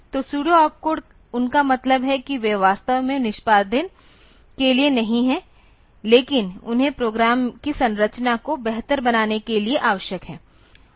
तो pseudo opcode उनका मतलब है कि वे वास्तव में निष्पादन के लिए नहीं हैं लेकिन उन्हें प्रोग्राम की संरचना को बेहतर बनाने के लिए आवश्यक है